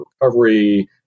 recovery